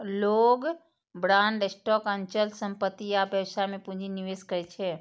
लोग bond, stock, अचल संपत्ति आ व्यवसाय मे पूंजी निवेश करै छै